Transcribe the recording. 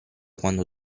quando